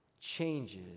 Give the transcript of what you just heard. changes